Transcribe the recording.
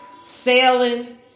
sailing